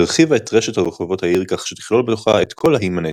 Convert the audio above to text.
הרחיבה את רשת רחובות העיר כך שתכלול בתוכה את כל האי מנהטן,